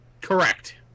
Correct